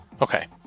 Okay